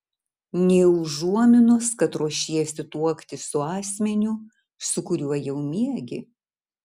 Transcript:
nė užuominos kad ruošiesi tuoktis su asmeniu su kuriuo jau miegi